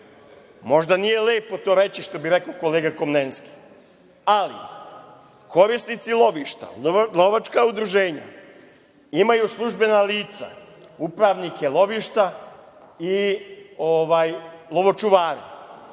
Možda nije lepo to reći, što bi rekao kolega Komlenski, ali korisnici lovišta, lovačka udruženja imaju službena lica, upravnike lovišta i lovočuvare